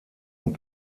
und